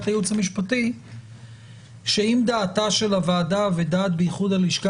הייעוץ המשפטי שאם דעתה של הוועדה ודעת בייחוד הלשכה